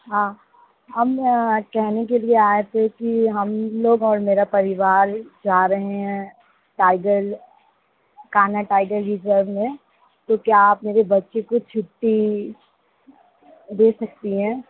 हाँ हम कहने के लिए आए थे कि हम लोग और मेरा परिवार जा रहे हैं टाइगर कान्हा टाइगर रिज़र्व में तो क्या आप मेरे बच्चे को छुट्टी दे सकती हैं